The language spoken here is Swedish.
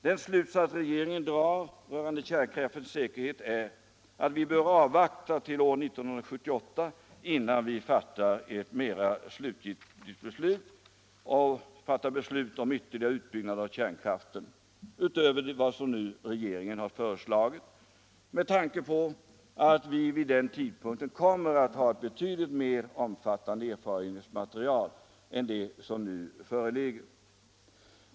Den slutsats regeringen drar rörande kärnkraftens säkerhet är att vi bör avvakta till år 1978 innan vi fattar beslut om en eventuell ytterligare utbyggnad av kärnkraften utöver den regeringen nu föreslagit, med tanke på att vi vid den tidpunkten kommer att ha ett betydligt mer omfattande erfarenhetsmaterial än det som nu föreligger.